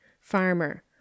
farmer